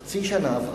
חצי שנה עברה,